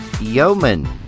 Yeoman